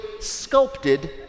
sculpted